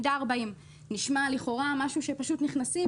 מידה 40. נשמע לכאורה שפשוט נכנסים,